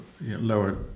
lower